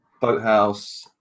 Boathouse